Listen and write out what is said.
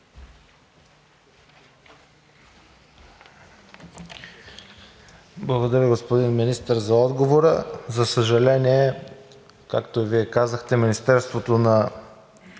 Благодаря, господин Министър, за отговора. За съжаление, както и Вие казахте, Министерството на